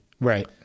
Right